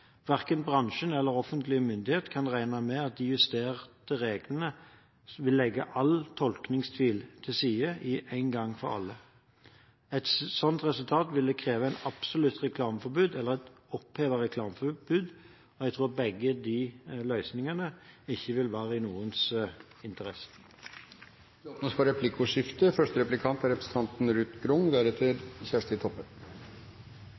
Verken bransjen eller offentlig myndighet kan regne med at de justerte reglene vil legge all tolkningstvil til side en gang for alle. Et slikt resultat ville kreve et absolutt reklameforbud eller et opphevet reklameforbud, og jeg tror at begge de løsningene ikke vil være i noens interesse. Det åpnes for replikkordskifte.